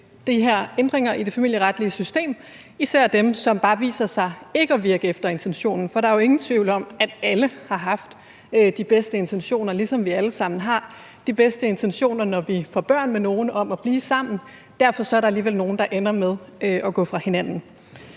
ændringer i det familieretlige system, især dem, som bare viser sig ikke at virke efter intentionen. For der er jo ingen tvivl om, at alle har haft de bedste intentioner, ligesom vi alle sammen har de bedste intentioner, når vi får børn med nogen, om at blive sammen, men derfor er der alligevel nogle, der ender med at gå fra hinanden.